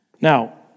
Now